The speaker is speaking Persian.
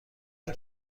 این